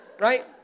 Right